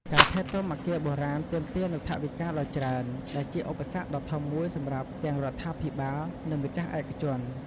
ការថែទាំអគារបុរាណទាមទារនូវថវិកាដ៏ច្រើន ដែលជាឧបសគ្គដ៏ធំមួយសម្រាប់ទាំងរដ្ឋាភិបាល និងម្ចាស់ឯកជន។